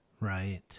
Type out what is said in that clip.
Right